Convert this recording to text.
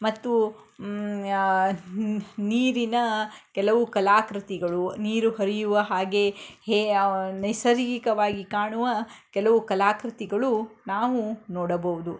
ಮತ್ತು ನೀರಿನ ಕೆಲವು ಕಲಾಕೃತಿಗಳು ನೀರು ಹರಿಯುವ ಹಾಗೆ ಹೇ ನೈಸರ್ಗಿಕವಾಗಿ ಕಾಣುವ ಕೆಲವು ಕಲಾಕೃತಿಗಳು ನಾವು ನೋಡಬಹುದು